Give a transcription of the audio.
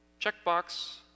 Checkbox